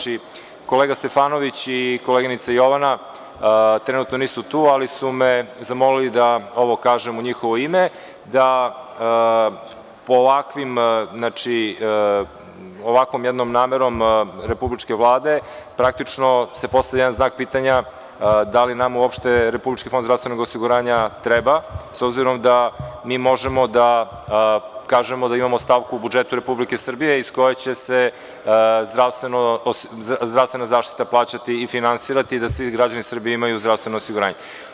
Kolega Stefanović i koleginica Jovana trenutno nisu tu, ali su me zamolili da ovo kažem u njihovo ime da ovakvom jednom namerom republičke Vlade praktično se postavlja jedan znak pitanja da li nama uopšte Republički fond zdravstvenog osiguranja treba, s obzirom da mi možemo da kažemo da imamo stavku u budžetu Republike Srbije iz koje će se zdravstvena zaštita plaćati i finansirati, da svi građani Srbije imaju zdravstveno osiguranje.